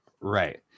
right